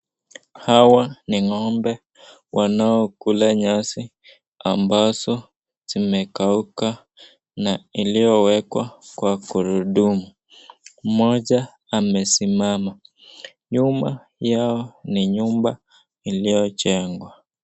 Hawa ni ng'ombe wanaokula nyasi ambazo zimekauka na iliyowekwa kwa korodumu. Mmoja amesimama. Nyuma yao ni nyumba iliyojengwa.